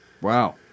Wow